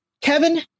Kevin